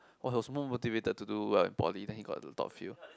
was more motivated to do well in poly then he got to top field